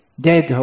Dead